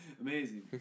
Amazing